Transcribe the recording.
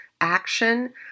action